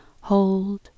Hold